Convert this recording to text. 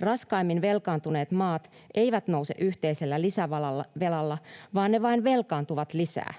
Raskaimmin velkaantuneet maat eivät nouse yhteisellä lisävelalla, vaan ne vain velkaantuvat lisää.